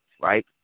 right